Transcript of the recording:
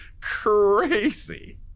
crazy